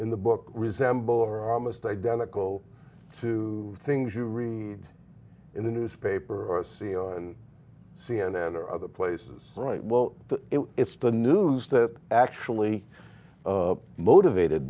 in the book resemble or are almost identical to things you read in a newspaper or see on c n n or other places right well it's the news that actually motivated